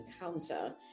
encounter